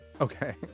Okay